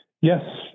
Yes